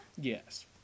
Yes